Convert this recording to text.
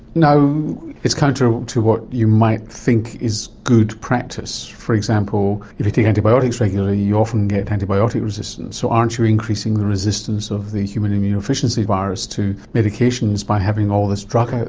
it's counter to what you might think is good practice, for example if you take antibiotics regularly you often get antibiotic resistance. so aren't you increasing the resistance of the human immunodeficiency virus to medications by having all this drug out